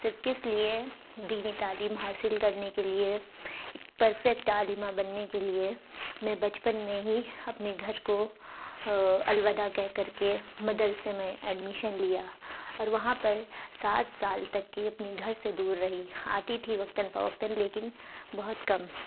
صرف کس لیے دینی تعلیم حاصل کرنے کے لیے اک پرفیکٹ عالمہ بننے کے لیے میں بچپن میں ہی اپنے گھر کو الوداع کہہ کر کے مدرسے میں ایڈمیشن لیا اور وہاں پر سات سال تک کے اپنے گھر سے دور رہی آتی تھی وقتاً فوقتاً لیکن بہت کم